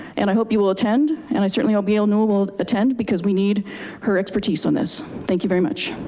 and i hope you will attend. and i certainly hope gail newel will attend because we need her expertise on this. thank you very much.